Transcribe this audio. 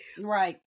right